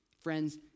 Friends